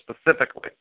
specifically